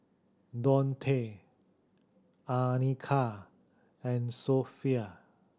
Daunte Anika and Sophie